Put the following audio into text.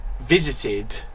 visited